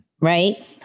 Right